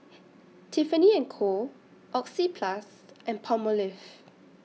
Tiffany and Co Oxyplus and Palmolive